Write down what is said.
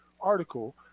article